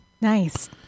Nice